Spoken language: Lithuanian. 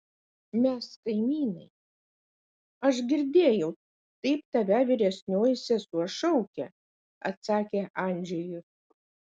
mes kaimynai aš girdėjau taip tave vyresnioji sesuo šaukia atsakė andžejus